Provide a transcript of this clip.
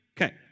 Okay